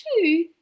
two